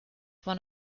one